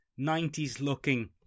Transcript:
90s-looking